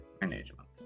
management